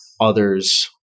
others